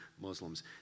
Muslims